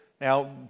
Now